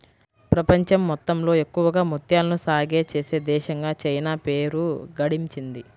ప్రపంచం మొత్తంలో ఎక్కువగా ముత్యాలను సాగే చేసే దేశంగా చైనా పేరు గడించింది